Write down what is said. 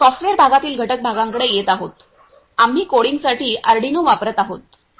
software भागातील घटक भागांकडे येत आहोत आम्ही कोडिंगसाठी अर्डिनो वापरत आहोत